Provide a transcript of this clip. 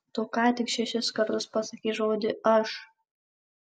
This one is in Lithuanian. tu ką tik šešis kartus pasakei žodį aš